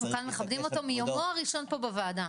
אנחנו כאן מכבדים אותו מיומו הראשון פה בוועדה.